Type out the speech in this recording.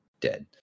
dead